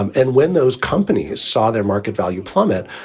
um and when those companies saw their market value plummet,